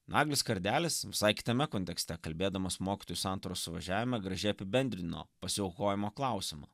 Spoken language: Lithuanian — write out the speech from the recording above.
naglis kardelis visai kitame kontekste kalbėdamas mokytojų santaros suvažiavime gražiai apibendrino pasiaukojimo klausimą